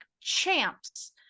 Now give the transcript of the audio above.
champs